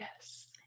Yes